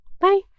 bye